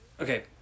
Okay